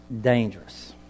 dangerous